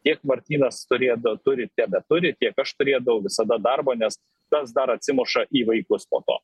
tiek martynas turėdav turi tebeturi tiek aš turėdavau visada darbo nes tas dar atsimuša į vaikus po to